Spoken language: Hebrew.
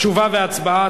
תשובה והצבעה,